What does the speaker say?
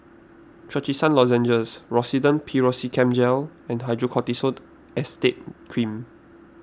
Trachisan Lozenges Rosiden Piroxicam Gel and Hydrocortisone Acetate Cream